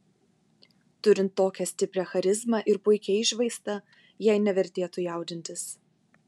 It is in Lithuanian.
turint tokią stiprią charizmą ir puikią išvaizdą jai nevertėtų jaudintis